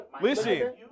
Listen